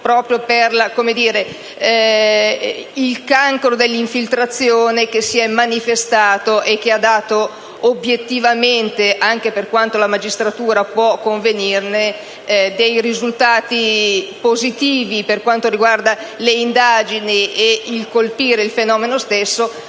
proprio per il cancro dell'infiltrazione, che si è manifestato e che ha dato obiettivamente, anche per quanto la magistratura può convenirne, risultati positivi per quanto riguarda le indagini e i colpi inferti al fenomeno stesso,